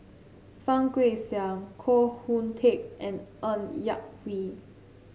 Fang Guixiang Koh Hoon Teck and Ng Yak Whee